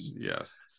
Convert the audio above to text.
Yes